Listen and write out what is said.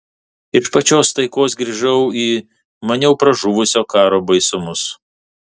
iš pačios taikos grįžau į maniau pražuvusius karo baisumus